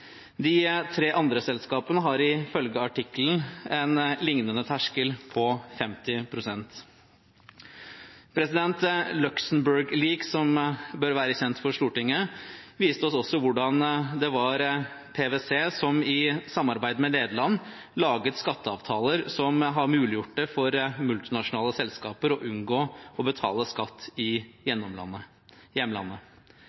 De tre andre selskapene har ifølge artikkelen en liknende terskel på 50 pst. Luxembourg Leaks, som bør være kjent for Stortinget, viste oss også hvordan det var PwC som i samarbeid med Nederland laget skatteavtaler som har gjort det mulig for multinasjonale selskaper å unngå å betale skatt i